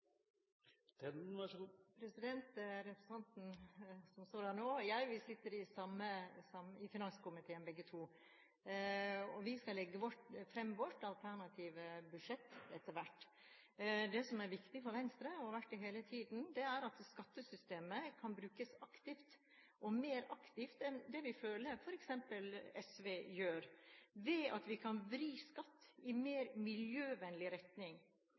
Representanten Hansen og jeg sitter i finanskomiteen begge to. Vi skal legge fram vårt alternative budsjett etter hvert. Det som er viktig for Venstre og har vært det hele tiden, er at skattesystemet kan brukes aktivt og mer aktivt enn det vi føler f.eks. SV gjør, ved at vi kan vri skatt i mer miljøvennlig retning.